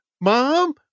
Mom